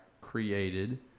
created